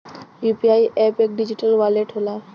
UPI app एक digital wallet होला